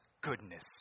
goodness